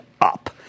up